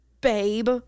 babe